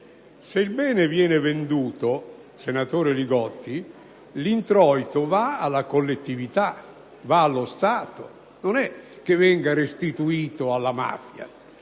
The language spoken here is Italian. Se il bene viene venduto, senatore Li Gotti, l'introito va alla collettività, va allo Stato, non è che venga restituito alla mafia;